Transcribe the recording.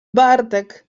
bartek